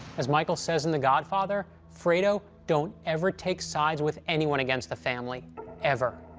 as michael says in the godfather, fredo, don't ever take sides with anyone against the family ever.